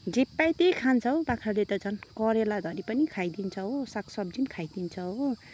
जे पायो त्यही खान्छ हौ बाख्राले त झन् करेला धरी पनि खाइदिन्छ हौ सागसब्जी नि खाइदिन्छ हो